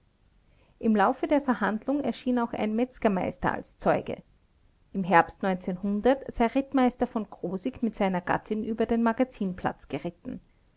im laufe der verhandlung erschien auch ein metzgermeister als zeuge im herbst sei rittmeister v krosigk mit seiner gattin über den magazinplatz geritten